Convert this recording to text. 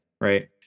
Right